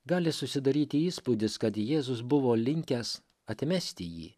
gali susidaryti įspūdis kad jėzus buvo linkęs atmesti jį